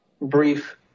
brief